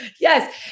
Yes